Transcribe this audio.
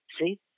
See